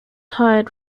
hired